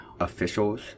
officials